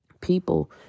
People